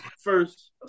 first